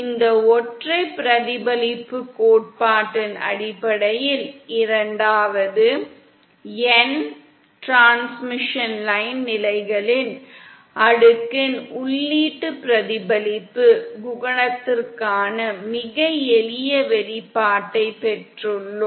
இந்த ஒற்றை பிரதிபலிப்புக் கோட்பாட்டின் அடிப்படையில் இரண்டாவது n டிரான்ஸ்மிஷன் லைன் நிலைகளின் அடுக்கின் உள்ளீட்டு பிரதிபலிப்பு குணகத்திற்கான மிக எளிய வெளிப்பாட்டைப் பெற்றுள்ளோம்